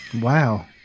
Wow